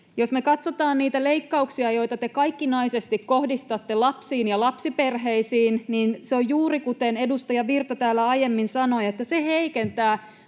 Jos me katsotaan niitä leikkauksia, joita te kaikkinaisesti kohdistatte lapsiin ja lapsiperheisiin, niin se on juuri kuten edustaja Virta täällä aiemmin sanoi, että se heikentää